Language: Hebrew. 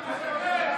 משקר.